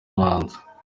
abanza